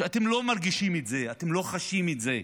שאתם לא מרגישים את זה ואתם לא חשים את זה,